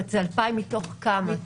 זה 2,000 מתוך כמה?